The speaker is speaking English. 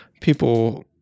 people